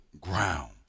ground